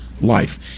life